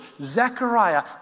Zechariah